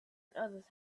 others